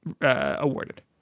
awarded